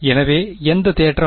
எனவே எந்த தேற்றம்